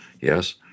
yes